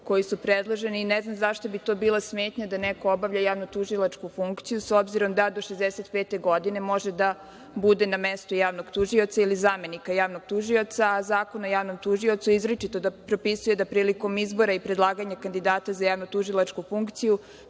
koji su predloženi i ne znam zašto bi bila smetnja da neko obavlja javno-tužilačku funkciju s obzirom da do 65 godine može da bude na mestu javnog tužioca ili zamenika javnog tužioca. Zakon o javnom tužiocu izričito propisuje da prilikom izbora i predlaganja kandidata i kandidata za javno-tužilačku funkciju,